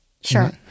Sure